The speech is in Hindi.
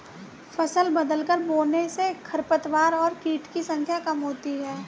फसल बदलकर बोने से खरपतवार और कीट की संख्या कम होती है